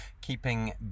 keeping